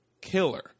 Killer